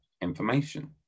information